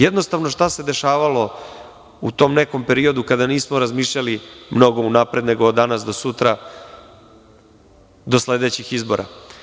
Jednostavno, šta se dešavalo u tom nekom periodu kada nismo razmišljali mnogo unapred, nego od danas do sutra do sledećih izbora.